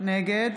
נגד